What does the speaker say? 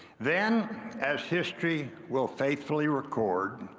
then as history will faithfully record,